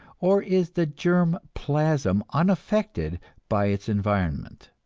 or is the germ plasm unaffected by its environment?